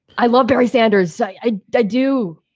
i love barry sanders. i do.